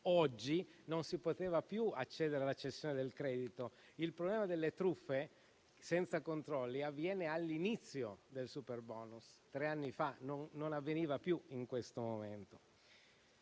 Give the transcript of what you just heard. sarebbe più potuto più accedere alla cessione del credito. Il problema delle truffe senza controlli avveniva all'inizio del superbonus, tre anni fa, non avveniva più in questo momento.